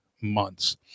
months